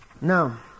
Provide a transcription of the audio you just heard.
Now